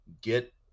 get